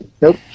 Nope